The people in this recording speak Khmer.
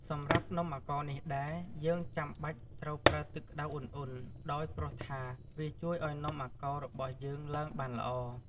សម្រាប់នំអាកោរនេះដែរ យើងចំបាច់ត្រូវប្រើទឹកក្ដៅឧណ្ហៗ ដោយព្រោះថា វាជួយឲ្យនំអាកោររបស់យើងឡើងបានល្អ។